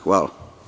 Hvala.